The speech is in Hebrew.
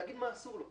להגיד מה אסור לו.